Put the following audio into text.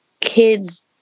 kids